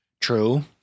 True